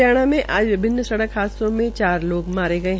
हरियाणा में आज सड़क हादसों में चार लोग मारे गये